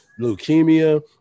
leukemia